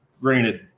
granted